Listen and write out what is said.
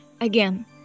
Again